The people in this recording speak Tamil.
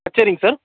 சரிங்க சார்